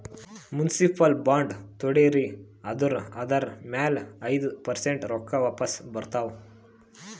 municipal bond ತೊಂಡಿರಿ ಅಂದುರ್ ಅದುರ್ ಮ್ಯಾಲ ಐಯ್ದ ಪರ್ಸೆಂಟ್ ರೊಕ್ಕಾ ವಾಪಿಸ್ ಬರ್ತಾವ್